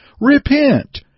Repent